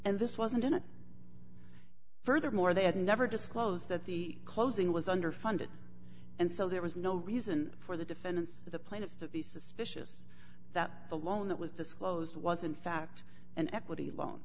and this wasn't in it furthermore they had never disclosed that the closing was underfunded and so there was no reason for the defendants the plaintiffs to be suspicious that the loan that was disclosed was in fact an equity loan